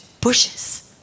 bushes